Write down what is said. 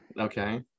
okay